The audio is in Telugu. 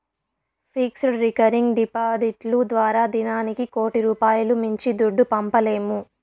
ఫిక్స్డ్, రికరింగ్ డిపాడిట్లు ద్వారా దినానికి కోటి రూపాయిలు మించి దుడ్డు పంపలేము